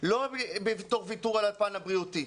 ולא תוך ויתור על הפן הבריאותי.